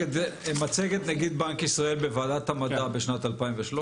מצגת נגיד בנק ישראל בוועדת המדע בשנת 2013